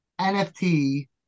NFT